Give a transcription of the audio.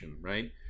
Right